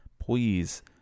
Please